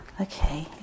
Okay